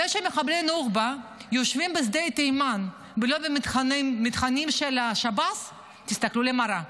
זה שמחבלי נוח'בה יושבים בשדה תימן ולא במתחמים של השב"ס תסכלו למראה.